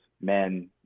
men